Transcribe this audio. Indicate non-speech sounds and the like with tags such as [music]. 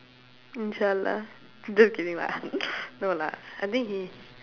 inshallah just kidding lah [laughs] no lah I think he